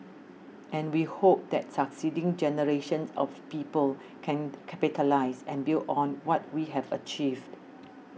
and we hope that succeeding generations of people can capitalise and build on what we have achieved